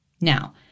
Now